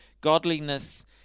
godliness